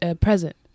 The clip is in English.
present